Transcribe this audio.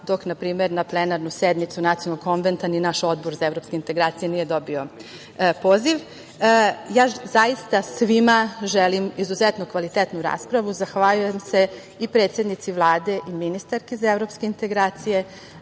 dok na primer na plenarnu sednicu Nacionalnog konventa, naš Odbor za evropske integracije nije dobio poziv. Zaista svima želim izuzetnu i kvalitetnu raspravu i zahvaljujem se i predsednici Vlade i ministarki za evropske integracije,